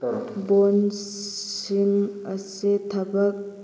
ꯕꯣꯟꯁꯤꯡ ꯑꯁꯤ ꯊꯕꯛ